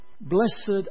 Blessed